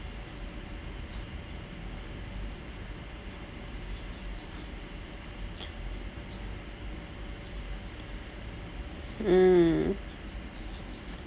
mm